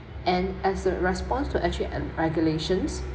and as a response to actually a regulations